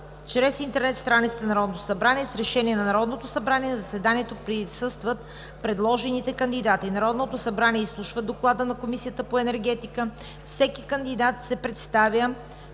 чрез интернет страницата на Народното събрание. С решение на Народното събрание на заседанието присъстват предложените кандидати. 2. Народното събрание изслушва доклада на Комисията по енергетика. 3. Всеки кандидат се представя